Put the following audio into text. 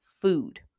food